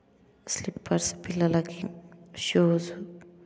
slippers పిల్లలకి shoes